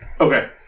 Okay